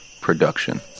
Production